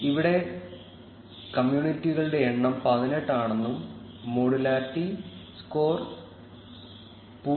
ഇവിടെ കമ്മ്യൂണിറ്റികളുടെ എണ്ണം 18 ആണെന്നും മോഡുലാർറ്റി സ്കോർ 0